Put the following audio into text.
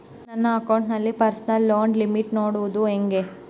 ನನ್ನ ಅಕೌಂಟಿನಲ್ಲಿ personal loan limit ನೋಡದು ಹೆಂಗೆ?